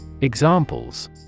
Examples